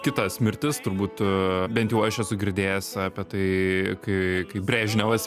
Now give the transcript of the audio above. kitas mirtis turbūt bent jau aš esu girdėjęs apie tai kai kai brežnevas